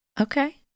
Okay